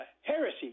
heresy